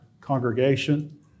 congregation